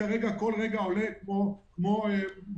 כל רגע אני אומר כמו מנטרה,